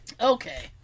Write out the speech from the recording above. okay